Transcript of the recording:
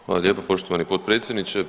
Hvala lijepa poštovani potpredsjedniče.